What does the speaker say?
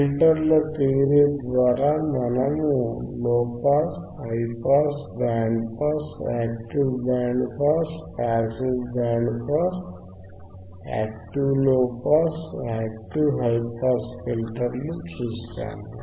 ఫిల్టర్ల థియరీ ద్వారా మనము low pass high pass band pass active band pass passive band pass active low pass active high pass ఫిల్టర్లు చూశాము